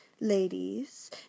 ladies